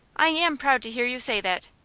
i am proud to hear you say that.